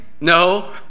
No